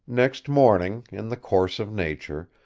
next morning, in the course of nature,